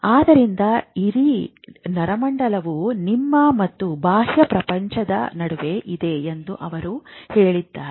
ಆದ್ದರಿಂದ ಇಡೀ ನರಮಂಡಲವು ನಿಮ್ಮ ಮತ್ತು ಬಾಹ್ಯ ಪ್ರಪಂಚದ ನಡುವೆ ಇದೆ ಎಂದು ಅವರು ಹೇಳಿದ್ದಾರೆ